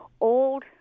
old